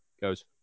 goes